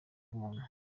muntu